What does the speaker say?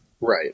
Right